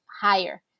higher